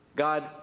God